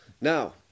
Now